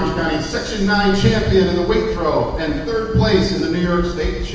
section nine champion in the weight throw, and third place in the new york state